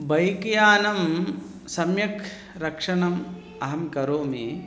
bike यानं सम्यक् रक्षणं अहं करोमि